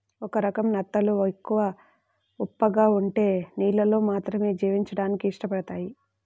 ఒక రకం నత్తలు ఎక్కువ ఉప్పగా ఉండే నీళ్ళల్లో మాత్రమే జీవించడానికి ఇష్టపడతయ్